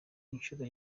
inshuro